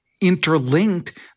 interlinked